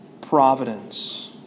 providence